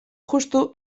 justu